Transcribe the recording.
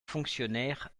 fonctionnaires